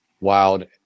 wild